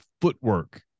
footwork